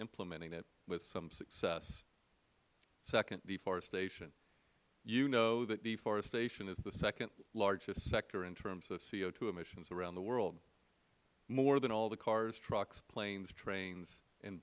implementing it with some success second deforestation you know that deforestation is the second largest sector in terms of co emissions around the world more than all the cars trucks planes trains and